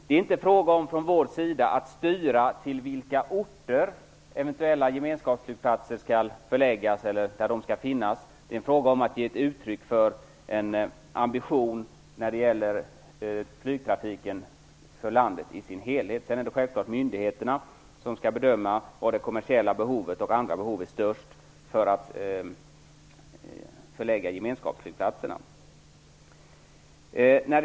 Det är inte fråga om att vi vill styra till vilka orter eventuella gemenskapsflygplatser skall förläggas. Det handlar om att ge uttryck för en ambition när det gäller flygtrafiken i landet som helhet. Sedan är det självfallet myndigheterna som skall bedöma var det kommersiella behovet och andra behov av gemenskapsflygplatser är störst.